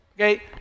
okay